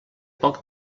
poc